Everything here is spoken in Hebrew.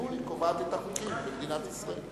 והיא קובעת את החוקים במדינת ישראל.